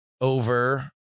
over